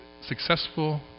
successful